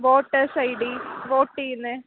voters I D vote ചെയ്യുന്ന